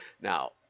now